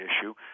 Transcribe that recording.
issue